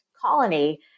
colony